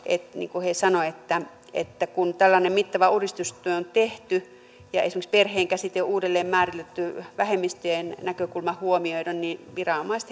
kuin he sanoivat että kun tällainen mittava uudistustyö on tehty ja esimerkiksi perheen käsite on uudelleen määritelty vähemmistöjen näkökulma huomioiden niin viranomaiset